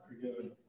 forgiven